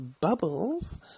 bubbles